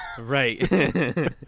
right